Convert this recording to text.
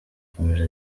yakomeje